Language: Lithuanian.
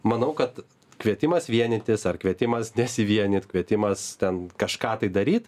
manau kad kvietimas vienytis ar kvietimas nesivienyt kvietimas ten kažką tai daryt